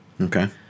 Okay